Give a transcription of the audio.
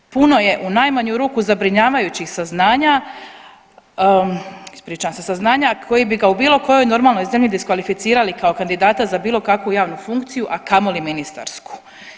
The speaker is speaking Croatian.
Puno je u najmanju ruku zabrinjavajućih saznanja, ispričavam se, saznanja koji bi ga u bilo kojoj normalnoj zemlji diskvalificirali kao kandidata za bilo kakvu javnu funkciju, a kamoli ministarsku.